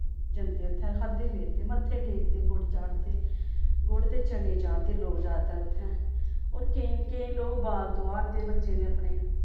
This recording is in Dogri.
जंदे उत्थें रकादे फेरदे मत्थे टेकदे गुड़ चाढ़दे गुड़ ते चने चाढ़दे लोक जादातर उत्थै होर केईं केईं लोग बाल तोआरदे बच्चें दे अपने